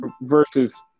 versus